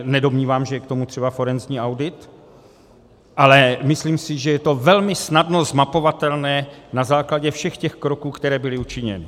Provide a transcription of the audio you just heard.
Nedomnívám se, že je k tomu třeba forenzní audit, ale myslím si, že je to velmi snadno zmapovatelné na základě všech těch kroků, které byly učiněny.